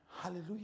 Hallelujah